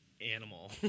animal